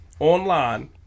Online